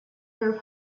her